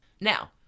Now